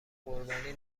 قربانی